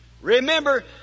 Remember